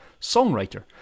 songwriter